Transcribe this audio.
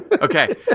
Okay